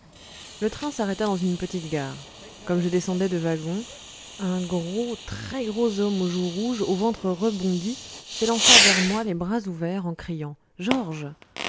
le train s'arrêta dans une petite gare comme je descendais de wagon un gros très gros homme aux joues rouges au ventre rebondi s'élança vers moi les bras ouverts en criant georges